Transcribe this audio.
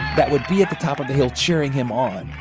that would be at the top of the hill cheering him on.